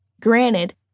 Granted